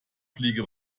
fliege